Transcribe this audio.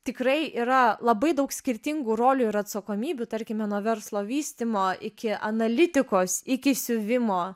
tikrai yra labai daug skirtingų rolių ir atsakomybių tarkime nuo verslo vystymo iki analitikos iki siuvimo